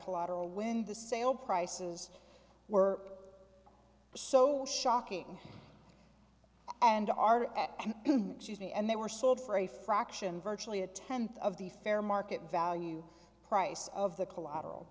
collateral when the sale prices were so shocking and are at me and they were sold for a fraction virtually a tenth of the fair market value price of the collateral